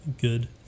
good